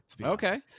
Okay